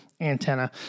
antenna